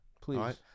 please